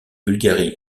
bulgarie